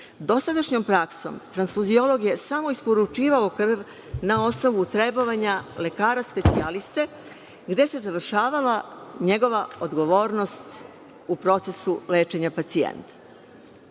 krvi. Dosadašnjom praksom transfuziolog je samo isporučivao krv na osnovu trebovanja lekara specijaliste, gde se završavala njegova odgovornost u procesu lečenja pacijenta.